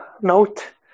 note